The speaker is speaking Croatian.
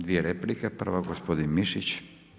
Dvije replike, prva gospodin Mišić.